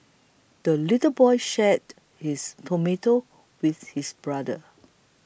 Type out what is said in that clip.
the little boy shared his tomato with his brother